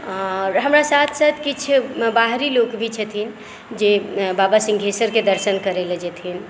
आओर हमरा साथ साथ किछु बाहरी लोक भी छथिन जे बाबा सिंघेश्वरके दर्शन करै लए जेथिन